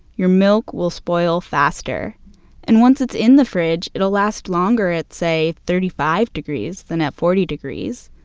your milk will spoil faster and once it's in the fridge, it'll last longer at say thirty five degrees, then at forty degrees.